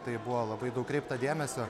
tai buvo labai daug kreipta dėmesio